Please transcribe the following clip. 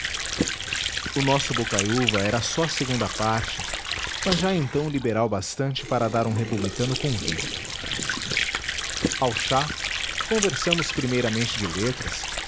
o nosso bocaiúva era só a segunda parte mas já então liberal bastante para dar um republicano convicto ao chá conversamos primeiramente de letras